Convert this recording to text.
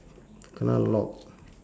kena lock